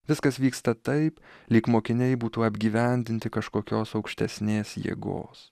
viskas vyksta taip lyg mokiniai būtų apgyvendinti kažkokios aukštesnės jėgos